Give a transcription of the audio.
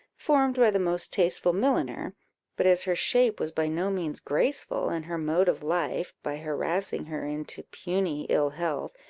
formed by the most tasteful milliner but as her shape was by no means graceful, and her mode of life, by harassing her into puny ill health,